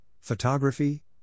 photography